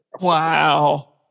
Wow